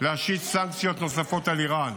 להשית סנקציות נוספות על איראן.